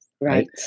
right